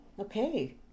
okay